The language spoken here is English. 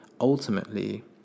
ultimately